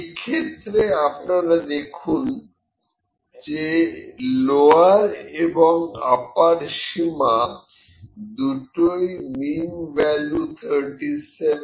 এই ক্ষেত্রে আপনারা দেখুন যে লোয়ার এবং আপার সীমা দুটোই মিন ভ্যালু 37 থেকে কম